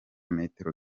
metero